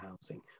housing